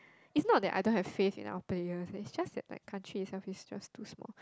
it's not that I don't have faith in our players it's just that like country itself is just too small